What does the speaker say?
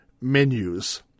menus